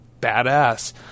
badass